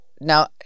now